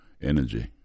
energy